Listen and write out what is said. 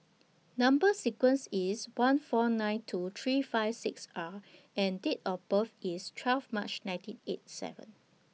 Number sequence IS one four nine two three five six R and Date of birth IS twelve March ninety eight seven